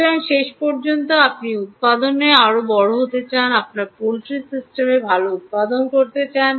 সুতরাং শেষ পর্যন্ত আপনি উৎপাদন আরও বড় হতে চান আপনার পোল্ট্রি সিস্টেমে ভাল উত্পাদন করতে চান